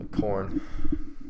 Corn